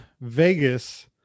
Vegas